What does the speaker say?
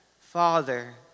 Father